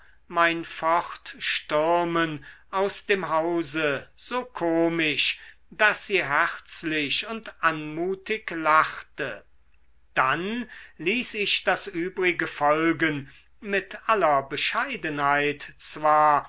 mein fortstürmen aus dem hause so komisch daß sie herzlich und anmutig lachte dann ließ ich das übrige folgen mit aller bescheidenheit zwar